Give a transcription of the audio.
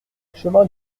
chemin